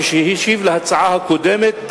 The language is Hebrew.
כשהשיב על ההצעה הקודמת,